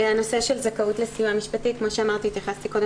הנושא של זכאות לסיוע משפטי, התייחסתי קודם